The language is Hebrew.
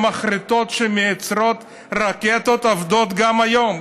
המחרטות שמייצרות רקטות עובדות גם היום,